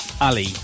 Ali